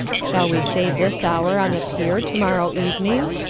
shall we say this hour on the pier to-morrow evening?